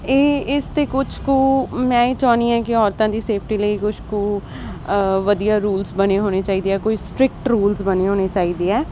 ਇਹ ਇਸ 'ਤੇ ਕੁਛ ਕੁ ਮੈਂ ਇਹ ਚਾਹੁੰਦੀ ਹੈ ਕਿ ਔਰਤਾਂ ਦੀ ਸੇਫਟੀ ਲਈ ਕੁਛ ਕੁ ਵਧੀਆ ਰੂਲਸ ਬਣੇ ਹੋਣੇ ਚਾਹੀਦੇ ਆ ਕੋਈ ਸਟਰਿਕਟ ਰੂਲ ਬਣੇ ਹੋਣੇ ਚਾਹੀਦੇ ਹੈ